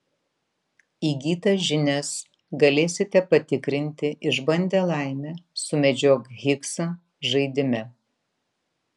įgytas žinias galėsite patikrinti išbandę laimę sumedžiok higsą žaidime